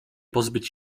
pozbyć